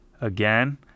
Again